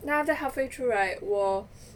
then after that halfway through right 我